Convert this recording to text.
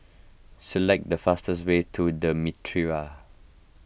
select the fastest way to the Mitraa